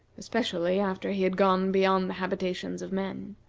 especially after he had gone beyond the habitations of men,